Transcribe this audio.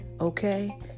Okay